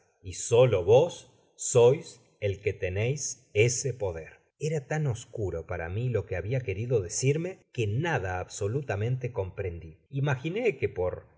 y solo vos sois el que teneis poder content from google book search generated at era tan oscuro para mi lo que habia querido decirme que nada absolutamente comprendi imaginé que por